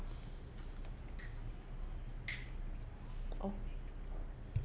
oh